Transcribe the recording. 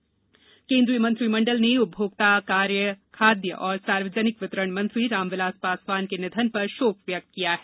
cabinet Paswan केन्द्रीय मंत्रिमंडल ने उपमोक्ता कार्य खाद्य और सार्वजनिक वितरण मंत्री रामविलास पासवान के निधन पर शोक व्यक्त किया है